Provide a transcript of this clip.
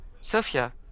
Sophia